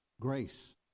Grace